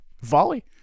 Volley